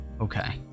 Okay